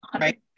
Right